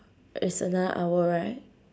it's another hour right